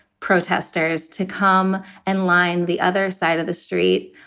protesters to come and line the other side of the street,